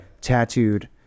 tattooed